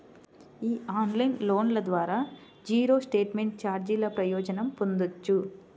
ఈ ఆన్లైన్ లోన్ల ద్వారా జీరో స్టేట్మెంట్ ఛార్జీల ప్రయోజనం పొందొచ్చు